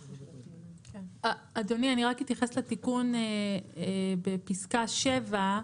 אדוני, אני אתייחס לתיקון בפסקה (7).